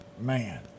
man